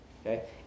okay